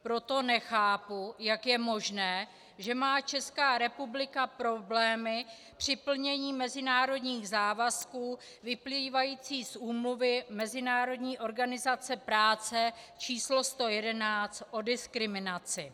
Proto nechápu, jak je možné, že má ČR problémy při plnění mezinárodních závazků vyplývajících z Úmluvy Mezinárodní organizace práce číslo 111 o diskriminaci.